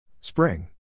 Spring